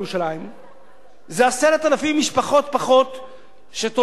זה פחות 10,000 משפחות שתורמות לכלכלה של ירושלים,